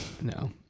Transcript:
no